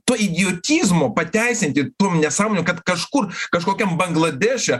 to idiotizmo pateisinti tom nesąmonių kad kažkur kažkokiam bangladeše